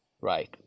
right